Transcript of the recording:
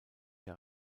der